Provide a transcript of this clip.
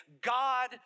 God